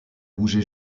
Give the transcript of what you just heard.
bougé